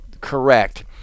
correct